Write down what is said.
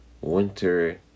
winter